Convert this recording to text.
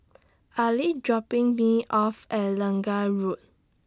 Ali dropping Me off At Lange Road